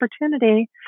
opportunity